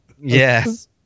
Yes